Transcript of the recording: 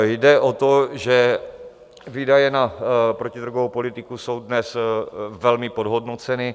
Jde o to, že výdaje na protidrogovou politiku jsou dnes velmi podhodnoceny.